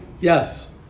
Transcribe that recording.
yes